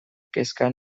kezka